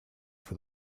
for